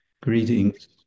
Greetings